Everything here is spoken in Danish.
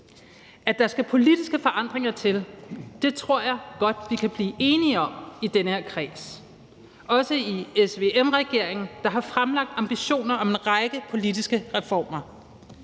At der skal politiske forandringer til, tror jeg godt vi kan blive enige om i den her kreds – også i SVM-regeringen, der har fremlagt ambitioner om en række politiske reformer.